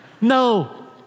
No